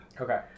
okay